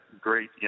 great